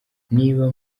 niba